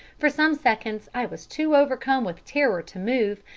for some seconds, i was too overcome with terror to move,